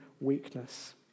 weakness